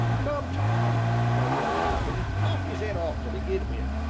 come, tom, cried one of the company, knock is ead off to begin with.